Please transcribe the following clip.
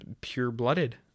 pure-blooded